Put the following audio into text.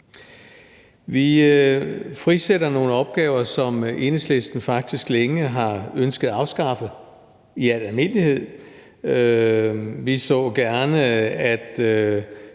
Vi frisætter nogle opgaver, som Enhedslisten faktisk længe har ønsket afskaffet i al almindelighed. Vi så gerne i